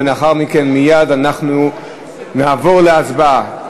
ומייד לאחר מכן אנחנו נעבור להצבעה.